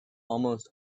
almost